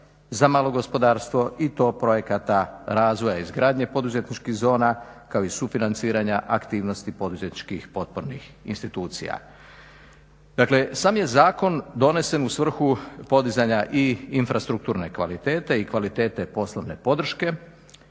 za malo gospodarstvo i to projekata razvoja i izgradnje poduzetničkih zona, kao i sufinanciranja aktivnosti poduzetničkih potpornih institucija. Dakle sam je zakon donesen u svrhu podizanja i infrastrukturne kvalitete i kvalitete poslovne podrške,